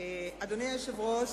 אדוני היושב-ראש,